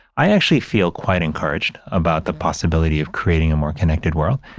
i actually feel quite encouraged about the possibility of creating a more connected world,